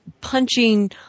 punching